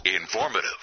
Informative